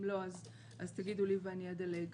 אם לא, תגידו לי ואני אדלג.